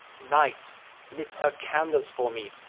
night lit her candles for me,